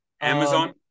Amazon